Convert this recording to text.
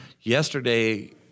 yesterday